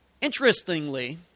Interestingly